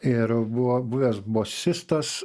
ir buvo buvęs bosistas